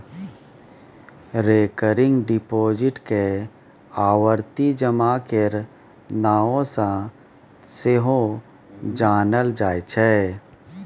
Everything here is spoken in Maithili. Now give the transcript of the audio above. रेकरिंग डिपोजिट केँ आवर्ती जमा केर नाओ सँ सेहो जानल जाइ छै